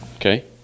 Okay